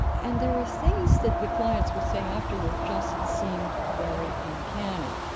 and there are things that the clients will say afterward just seemed very uncanny.